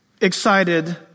excited